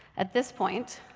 at this point,